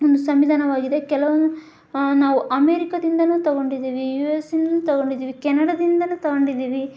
ಒಂದು ಸಂವಿಧಾನವಾಗಿದೆ ಕೆಲವು ನಾವು ಅಮೇರಿಕದಿಂದಾನೂ ತೊಗೊಂಡಿದ್ದೀವಿ ಯು ಎಸ್ ಎಯಿಂದಾನೂ ತೊಗೊಂಡಿದ್ದೀವಿ ಕೆನಡಾದಿಂದನೂ ತೊಗೊಂಡಿದ್ದೀವಿ